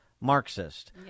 Marxist